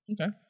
Okay